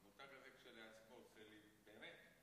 המושג הזה כשלעצמו עושה לי באמת,